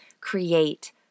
create